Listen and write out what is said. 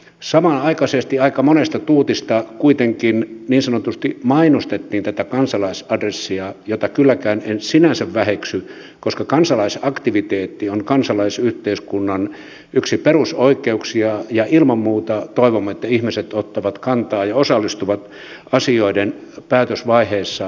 samanaikaisesti aika monesta tuutista kuitenkin niin sanotusti mainostettiin tätä kansalaisadressia jota kylläkään en sinänsä väheksy koska kansalaisaktiviteetti on kansalaisyhteiskunnan yksi perusoikeuksia ja ilman muuta toivomme että ihmiset ottavat kantaa ja osallistuvat asioiden päätösvaiheessa suunnitteluun